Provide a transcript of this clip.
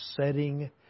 setting